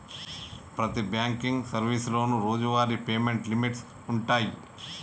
ప్రతి బాంకింగ్ సర్వీసులోనూ రోజువారీ పేమెంట్ లిమిట్స్ వుంటయ్యి